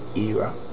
era